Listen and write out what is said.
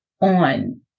on